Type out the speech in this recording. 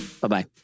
Bye-bye